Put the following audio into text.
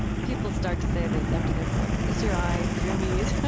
people start to say this after they're forty. it's your eyes or your knees,